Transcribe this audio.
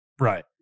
Right